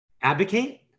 advocate